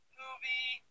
movie